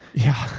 yeah.